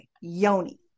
yoni